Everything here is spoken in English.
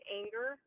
anger